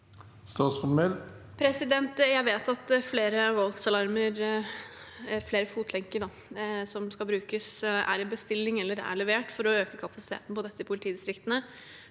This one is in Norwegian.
Jeg vet at flere fot- lenker som skal brukes, er i bestilling eller er levert for å øke kapasiteten på dette i politidistriktene.